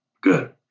Good